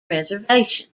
reservation